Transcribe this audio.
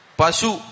pasu